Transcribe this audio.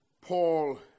Paul